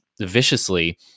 viciously